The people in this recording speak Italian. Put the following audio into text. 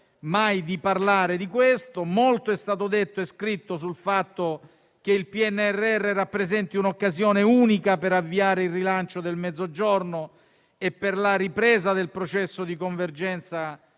di parlare di questo. Molto è stato detto e scritto sul fatto che il PNRR rappresenti un'occasione unica per avviare il rilancio del Mezzogiorno e per la ripresa del processo di convergenza